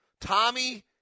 Tommy